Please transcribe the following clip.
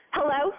Hello